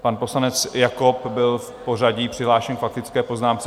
Pan poslanec Jakob byl v pořadí přihlášen k faktické poznámce.